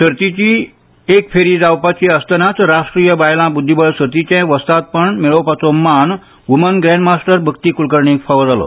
सर्तीची एक फेरी जावपाची आसतनाच राष्ट्रीय बायलां बुद्धीबळ सर्तीचे जैतिवंतपद मेळोवपाचो मान व्मन ग्रॅण्डमास्टर भक्ती कुलकर्णीक फावो जालो